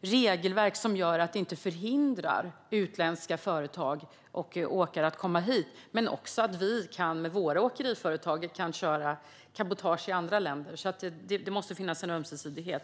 regelverk som inte hindrar utländska företag och åkare från att komma hit. Våra åkeriföretag måste också kunna köra cabotage i andra länder. Det måste finnas en ömsesidighet.